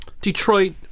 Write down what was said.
Detroit